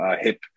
hip